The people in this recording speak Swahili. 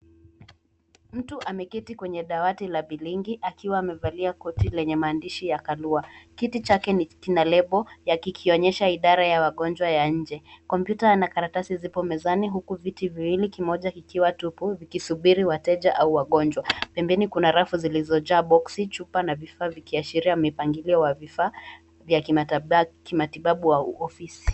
Mtu ameketi kwenye dawati la bilingi akiwa amevalia koti lenye maandishi ya kalua. Kiti chake kina lebo yakionyesha idara ya wagonjwa ya nje, kompyuta yana karatasi zipo mezani huku viti viwili, kimoja kikiwa tupu yakisubiri wateja au wagonjwa. Pembeni kuna rafu zilizojaa boksi, chupa na vifaa viki ashiria mipangilio vya kitababu vya ofisi.